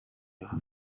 your